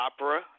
opera